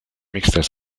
mixtas